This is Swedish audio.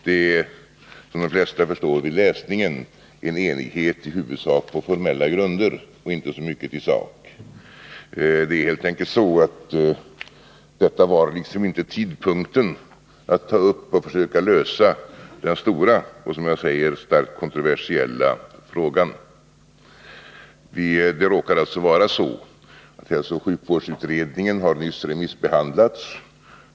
Det är, som de flesta förstår vid läsningen, en enighet på väsentligen formella grunder och inte så mycket i sak. Det är helt enkelt inte rätta tidpunkten att ta upp och försöka lösa denna stora och som jag redan sagt starkt kontroversiella fråga. Det råkar bl.a. vara så att hälsooch sjukvårdsutredningen nyligen har remissbehandlats.